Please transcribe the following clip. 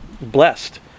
blessed